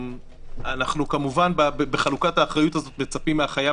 אנחנו כמובן בחלוקת האחריות הזו מצפים מהחייב